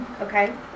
okay